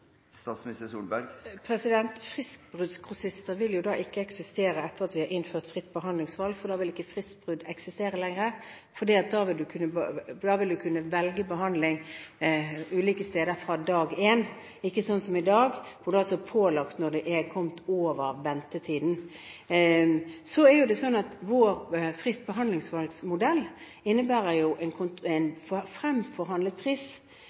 vil ikke eksistere etter at vi har innført fritt behandlingsvalg, for da vil ikke fristbrudd eksistere lenger. Da vil du kunne velge behandling ulike steder fra dag én – ikke sånn som i dag, hvor du er pålagt å gi et tilbud når du er kommet over ventetiden. Så er det sånn at vår